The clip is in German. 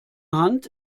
hand